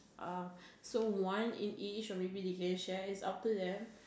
uh so one in each or maybe they can share it's up to them